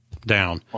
down